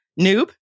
Noob